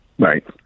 Right